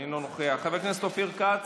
אינו נוכח, חבר הכנסת אופיר כץ,